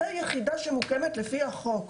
זו יחידה שמוקמת לפי החוק.